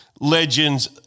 legends